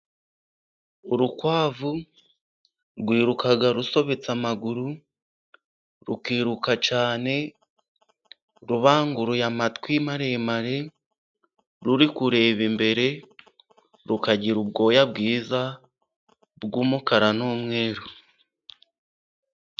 Urukwavu rwiruka rusobetse amaguru, rukiruka cyane rubanguruye amatwi maremare ruri kureba imbere. Rukagira ubwoya bwiza bw'umukara n'umweru.